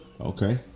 Okay